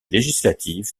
législative